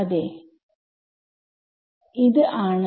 അതെ ആണ്